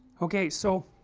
ok, so